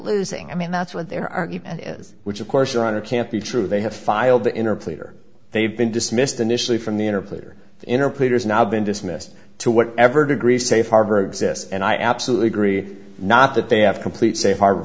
losing i mean that's what their argument is which of course your honor can't be true they have filed the inner pleader they've been dismissed initially from the inner player in or peter's now been dismissed to whatever degree safe harbor exists and i absolutely agree not that they have complete say far